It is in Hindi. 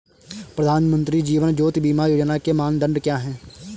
प्रधानमंत्री जीवन ज्योति बीमा योजना के मानदंड क्या हैं?